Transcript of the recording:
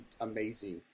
amazing